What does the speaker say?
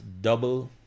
double